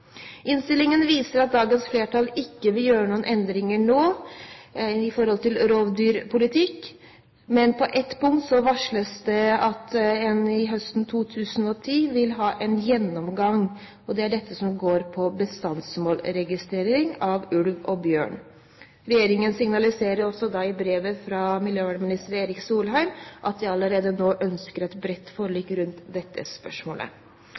Innstillingen viser at dagens flertall ikke vil gjøre noen endringer i rovdyrpolitikken nå. Men på ett punkt varsles det at en innen høsten 2010 vil ha en gjennomgang av bestandsmålet for ulv og bjørn. Regjeringen signaliserer også i brevet fra miljøvernminister Erik Solheim at de allerede nå ønsker et bredt forlik rundt dette spørsmålet.